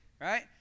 Right